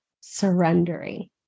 surrendering